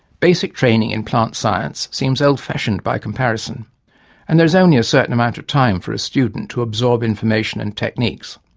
basic training in plant science seems old fashioned by comparison and there is only a certain amount of time for a student to absorb information and techniques,